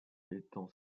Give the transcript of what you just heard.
étend